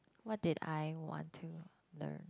what did I want to learn